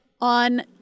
on